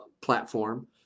platform